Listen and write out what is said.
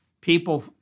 People